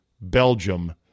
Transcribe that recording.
Belgium